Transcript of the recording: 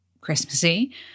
Christmassy